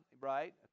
right